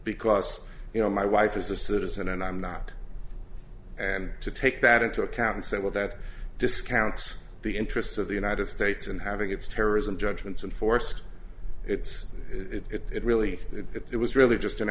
because you know my wife is a citizen and i'm not to take that into account and say well that discounts the interests of the united states and having its terrorism judgments in force it's it really if it was really just an